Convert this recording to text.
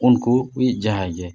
ᱩᱱᱠᱩ ᱠᱚᱭᱤᱡ ᱡᱟᱦᱟᱭᱜᱮ